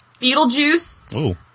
Beetlejuice